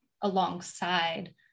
alongside